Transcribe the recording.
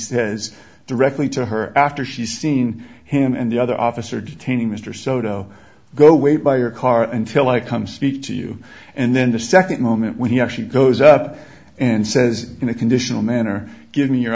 says directly to her after she seen him and the other officer detaining mr soto go wait by your car until i come speak to you and then the second moment when he actually goes up and says in a conditional manner give me your